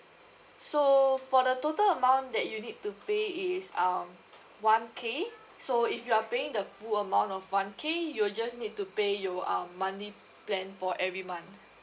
so for the total amount that you need to pay is um one K so if you're paying the full amount of one K you'll just need to pay your um monthly plan for every month